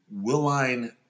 Willine